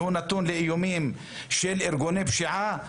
והוא נתון לאיומים של ארגוני פשיעה,